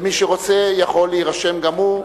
מי שרוצה יכול להירשם גם הוא,